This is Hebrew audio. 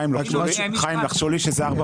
אני אדבר